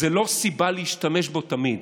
זה לא סיבה להשתמש בו תמיד.